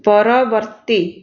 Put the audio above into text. ପରବର୍ତ୍ତୀ